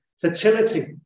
fertility